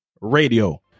Radio